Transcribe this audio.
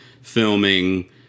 filming